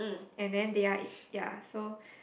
and then they are eat ya so